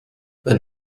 wenn